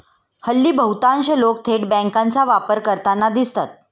हल्ली बहुतांश लोक थेट बँकांचा वापर करताना दिसतात